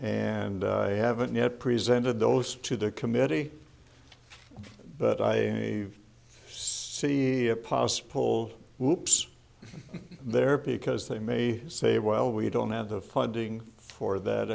and i haven't yet presented those to the committee but i see a pos pull loops there because they may say well we don't have the funding for that